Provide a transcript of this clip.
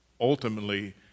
ultimately